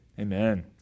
amen